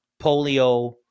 polio